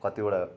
कतिवटा